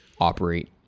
operate